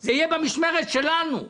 זה יהיה במשמרת שלנו.